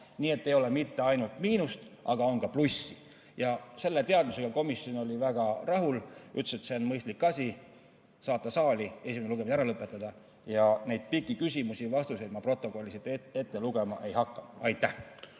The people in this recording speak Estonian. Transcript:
Nii et ei ole ainult miinust, on ka plussi. Selle teadmisega oli komisjon väga rahul, ütles, et see on mõistlik asi, saata saali, esimene lugemine lõpetada, ja neid pikki küsimusi-vastuseid ma protokollist ette lugema ei hakka. Aitäh!